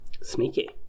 Sneaky